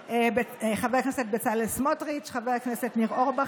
חבר הכנסת בצלאל סמוטריץ' וחבר הכנסת ניר אורבך.